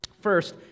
First